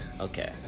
okay